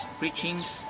preachings